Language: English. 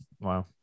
Wow